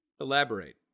Elaborate